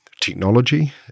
technology